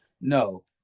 No